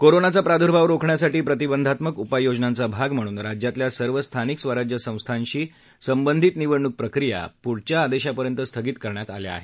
कोरोनाचा प्रादुर्भाव रोखण्यासाठी प्रतिबंधात्मक उपाययोजनांचा भाग म्हणून राज्यातल्या सर्व स्थानिक स्वराज्य संस्थांशी संबंधित निवडणूक प्रक्रिया पुढल्या आदेशापर्यंत स्थगित करण्यात आल्या आहेत